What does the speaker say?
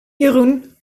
jeroen